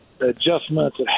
adjustments